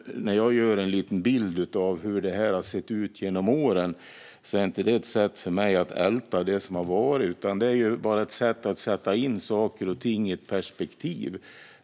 När jag gav en bild av hur det här har sett ut genom åren var det inte för att älta det som har varit. Det var bara ett sätt att sätta in saker och ting i ett perspektiv.